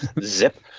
zip